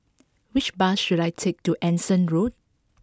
which bus should I take to Anson Road